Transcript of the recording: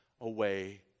away